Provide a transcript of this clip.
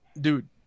dude